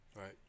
right